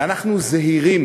ואנחנו זהירים